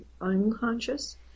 unconscious